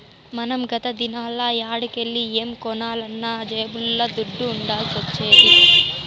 మనం గత దినాల్ల యాడికెల్లి ఏం కొనాలన్నా జేబుల్ల దుడ్డ ఉండాల్సొచ్చేది